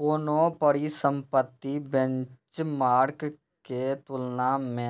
कोनो परिसंपत्ति बेंचमार्क के तुलना मे